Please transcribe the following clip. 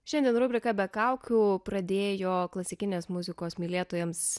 šiandien rubriką be kaukių pradėjo klasikinės muzikos mylėtojams